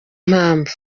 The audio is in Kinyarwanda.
impamvu